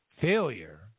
failure